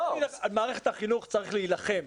זה בנפשנו.